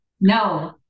no